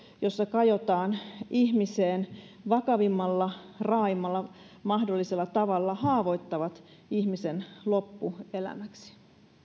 joissa kajotaan ihmiseen vakavimmalla raaimmalla mahdollisella tavalla haavoittavat ihmisen loppuelämäksi